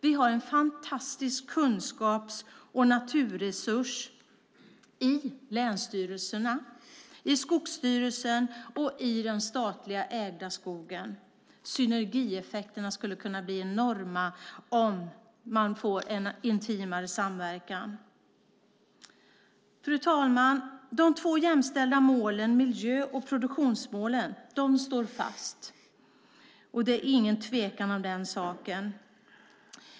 Vi har en fantastisk kunskaps och naturresurs i länsstyrelserna, i Skogsstyrelsen och i den statligt ägda skogen. Synergieffekterna skulle kunna bli enorma med en intimare samverkan. Fru talman! De två jämställda målen, miljö och produktionsmålen, står fast. Det är ingen tvekan om den saken.